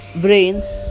brains